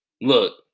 look